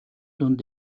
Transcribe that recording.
дунд